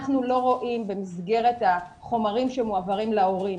אנחנו לא רואים במסגרת החומרים שמועברים להורים,